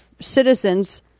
citizens